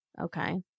Okay